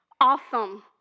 Awesome